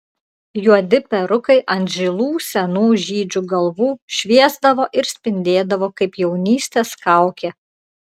juodi perukai ant žilų senų žydžių galvų šviesdavo ir spindėdavo kaip jaunystės kaukė